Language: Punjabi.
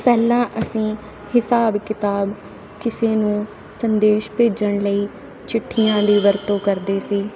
ਪਹਿਲਾਂ ਅਸੀਂ ਹਿਸਾਬ ਕਿਤਾਬ ਕਿਸੇ ਨੂੰ ਸੰਦੇਸ਼ ਭੇਜਣ ਲਈ ਚਿੱਠੀਆਂ ਦੀ ਵਰਤੋਂ ਕਰਦੇ ਸੀ